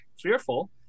fearful